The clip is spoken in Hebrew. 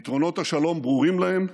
יתרונות השלום ברורים להם,